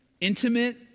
intimate